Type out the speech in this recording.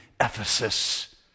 Ephesus